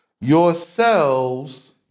yourselves